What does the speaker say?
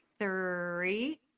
three